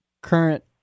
Current